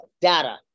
data